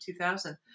2000